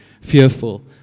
fearful